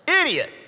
Idiot